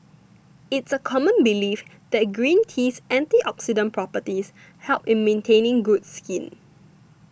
it's a common belief that green tea's antioxidant properties help in maintaining good skin